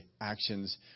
actions